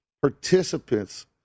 participants